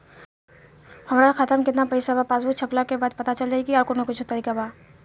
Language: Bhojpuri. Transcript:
हमरा खाता में केतना पइसा बा पासबुक छपला के बाद पता चल जाई कि आउर कुछ तरिका बा?